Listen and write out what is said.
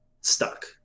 stuck